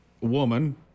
woman